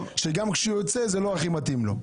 וכשהוא יוצא זה לא הכי מתאים לו.